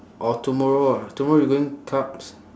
or tomorrow ah tomorrow you going clubs